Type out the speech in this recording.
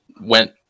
went